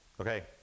Okay